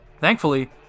Thankfully